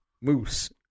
moose